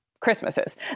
Christmases